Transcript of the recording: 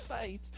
faith